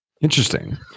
interesting